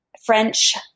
French